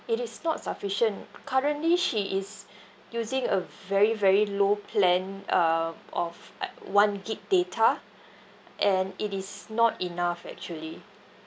it is not sufficient currently she is using a very very low plan um of like one gig data and it is not enough actually